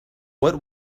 what